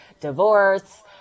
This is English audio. divorce